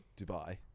Dubai